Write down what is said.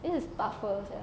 this is tougher sia